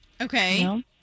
Okay